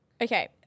Okay